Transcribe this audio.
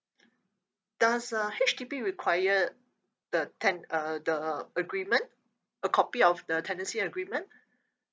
does uh H_D_B require the ten~ uh the agreement a copy of the tenancy agreement